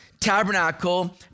tabernacle